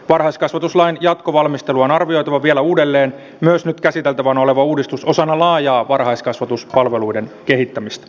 varhaiskasvatuslain jatkovalmistelua on arvioitava vielä uudelleen myös nyt käsiteltävänä oleva uudistus osana laajaa varhaiskasvatuspalveluiden kehittämistä